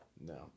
No